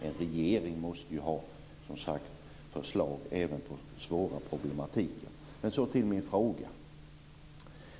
En regering måste som sagt ha förslag även när det gäller svår problematik. Till min fråga.